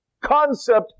concept